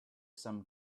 some